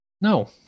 no